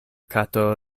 kato